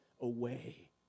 Away